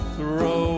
Throw